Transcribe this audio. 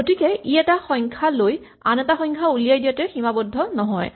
গতিকে ই এটা সংখ্যা লৈ আন এটা উলিয়াই দিয়াতে সীমাবদ্ধ নহয়